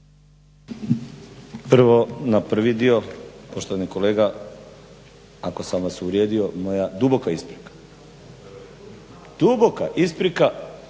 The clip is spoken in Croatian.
Prvo na prvi dio, poštovani kolega, ako sam vas uvrijedio moja duboka isprika, duboka isprika